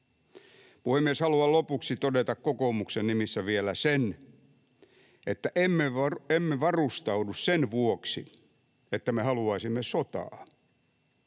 Puhemies! Haluan lopuksi todeta kokoomuksen nimissä vielä sen, että emme varustaudu sen vuoksi, että me haluaisimme sotaa,